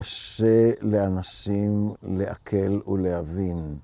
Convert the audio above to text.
קשה לאנשים לעכל ולהבין.